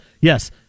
Yes